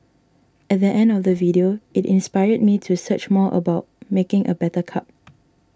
at the end of the video it inspired me to search more about making a better cup